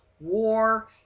war